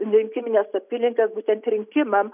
rinkimines apylinkes būtent rinkimam